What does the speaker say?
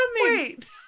Wait